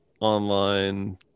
online